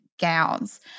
gowns